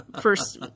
first